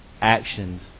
Actions